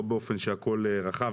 לא באופן שהכל רחב.